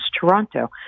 Toronto